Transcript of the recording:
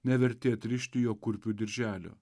neverti atrišti jo kurpių dirželio